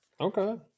Okay